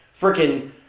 freaking